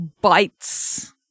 bites